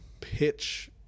pitch